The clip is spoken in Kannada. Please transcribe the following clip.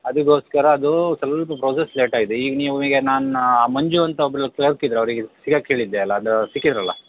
ಅದಕ್ಕೋಸ್ಕರ ಅದು ಸ್ವಲ್ಪ ಪ್ರೋಸೆಸ್ಸ್ ಲೇಟ್ ಆಗಿದೆ ಈಗ ನಿಮಗೆ ನಾನು ಮಂಜು ಅಂತ ಒಬ್ಬರು ಕ್ಲರ್ಕ್ ಇದ್ದರು ಅವರಿಗೆ ಸಿಗಕ್ಕೆ ಹೇಳಿದ್ದೆ ಅಲ್ಲ ಅದು ಸಿಕ್ಕಿದರಲ್ಲಾ